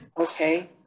Okay